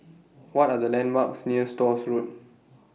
What Are The landmarks near Stores Road